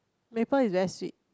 maple is very sweet